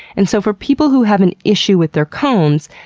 and so, for people who have an issue with their cones,